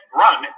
run